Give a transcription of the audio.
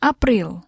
April